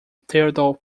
theodore